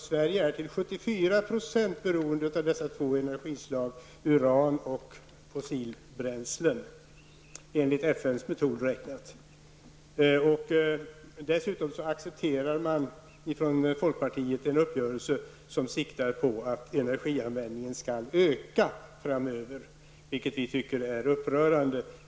Sverige är till 74 % beroende av dessa två energislag, uran och fossilbränslen, enligt FNs metod att räkna. Dessutom accepterar folkpartiet en uppgörelse som siktar på att energianvändningen skall öka framöver. Detta tycker vi är upprörande.